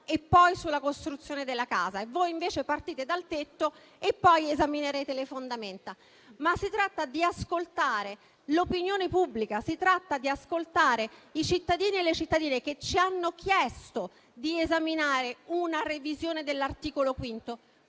e poi sulla costruzione della casa e voi invece partite dal tetto e poi esaminerete le fondamenta -, ma si tratta di ascoltare l'opinione pubblica, i cittadini e le cittadine che ci hanno chiesto di esaminare un provvedimento